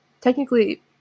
technically